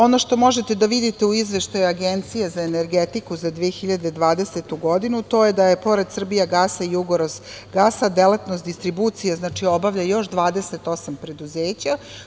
Ono što možete da vidite u Izveštaju Agencije za energetiku za 2020. godinu, to je da je pored „Srbijagasa“, „Jugorozgasa“, delatnost distribucije, znači obavlja još 28 preduzeća.